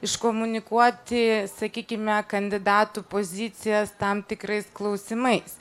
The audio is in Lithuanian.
iškomunikuoti sakykime kandidatų pozicijas tam tikrais klausimais